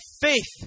faith